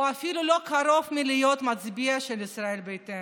הוא אפילו לא קרוב להיות מצביע של ישראל ביתנו,